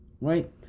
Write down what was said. right